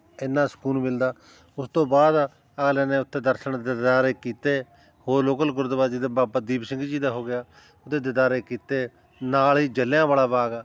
ਇੰਨਾ ਸਕੂਨ ਮਿਲਦਾ ਉਸ ਤੋਂ ਬਾਅਦ ਅਗਲੇ ਨੇ ਉੱਥੇ ਦਰਸ਼ਨ ਦੀਦਾਰੇ ਕੀਤੇ ਹੋਰ ਲੋਕਲ ਗੁਰਦੁਆਰੇ ਜਿੱਦਾਂ ਬਾਬਾ ਦੀਪ ਸਿੰਘ ਜੀ ਦਾ ਹੋ ਗਿਆ ਉਹਦੇ ਦੀਦਾਰੇ ਕੀਤੇ ਨਾਲ ਹੀ ਜਲਿਆਂ ਵਾਲਾ ਬਾਗ ਆ